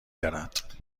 دارد